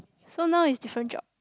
so now is different job